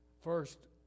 First